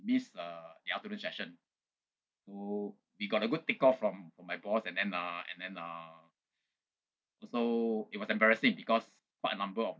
missed uh the afternoon session so we got a good tick off from from my boss and then uh and then uh so it was embarrassing because quite a number of